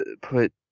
put